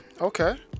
okay